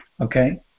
okay